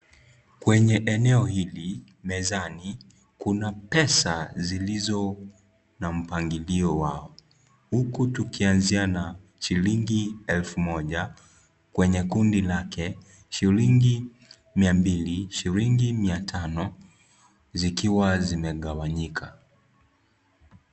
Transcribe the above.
Kweenye eneo hili mezani kuna pesa zilizo na mpangilio wao huku tukianzia na shilingi elfu moja kwenye kundi lake, shilingi mia mbili, shilingi mia tano zikiwa zimegawanyika.